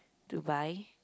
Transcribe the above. to buy